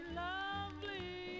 lovely